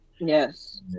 Yes